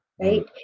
right